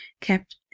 kept